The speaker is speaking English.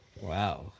Wow